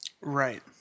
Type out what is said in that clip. Right